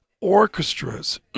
orchestras